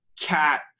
cat